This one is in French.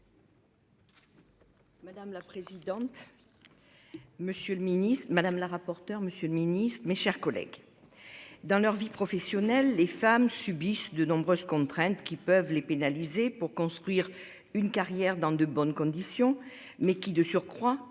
Monsieur le Ministre, madame la rapporteur Monsieur le Ministre, mes chers collègues. Dans leur vie professionnelle les femmes subissent de nombreuses contraintes, qui peuvent les pénaliser pour construire une carrière dans de bonnes conditions mais qui, de surcroît